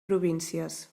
províncies